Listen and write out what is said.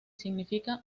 significa